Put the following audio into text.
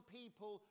people